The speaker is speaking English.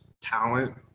talent